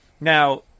Now